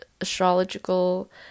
astrological